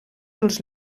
dels